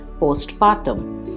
postpartum